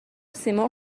سیمرغ